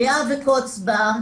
אליה וקוץ בה,